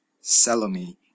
Salome